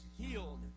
healed